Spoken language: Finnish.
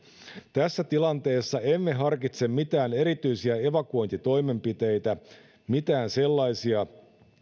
tässä tilanteessa emme harkitse mitään erityisiä evakuointitoimenpiteitä mitään sellaisia